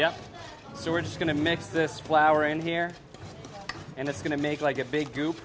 yeah so we're just going to mix this flour in here and it's going to make like a big group